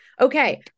okay